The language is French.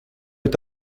est